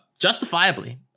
justifiably